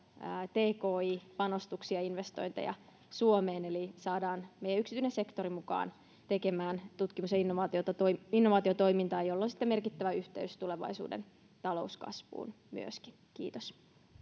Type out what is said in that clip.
tki panostuksia ja investointeja suomeen eli saadaan meidän yksityinen sektori mukaan tekemään tutkimus ja innovaatiotoimintaa innovaatiotoimintaa jolla on sitten merkittävä yhteys myöskin tulevaisuuden talouskasvuun kiitos